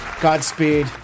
Godspeed